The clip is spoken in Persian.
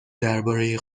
درباره